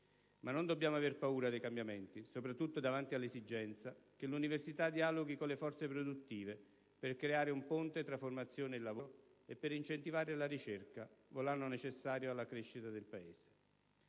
Ma non dobbiamo avere paura dei cambiamenti, soprattutto davanti all'esigenza che l'università dialoghi con le forze produttive per creare un ponte tra formazione e lavoro e per incentivare la ricerca, volano necessario alla crescita del Paese.